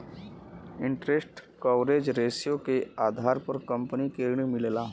interest coverage ratio के आधार पर कंपनी के ऋण मिलला